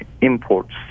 imports